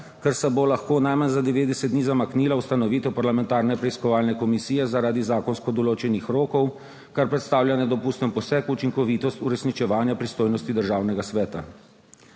ker se bo lahko najmanj za 90 dni zamaknila ustanovitev parlamentarne preiskovalne komisije zaradi zakonsko določenih rokov, kar predstavlja nedopusten poseg v učinkovitost uresničevanja pristojnosti državnega sveta.